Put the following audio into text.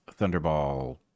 Thunderball